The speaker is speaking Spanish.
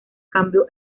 cambio